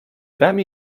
ramię